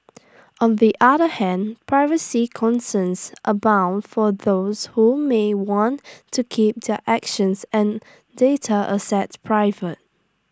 on the other hand privacy concerns abound for those who may want to keep their actions and data assets private